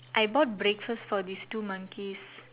I bought breakfast for these two monkeys